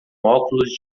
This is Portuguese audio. óculos